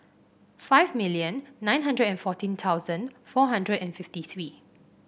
five million nine hundred and fourteen thousand four hundred and fifty three